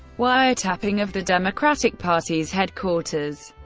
wiretapping of the democratic party's headquarters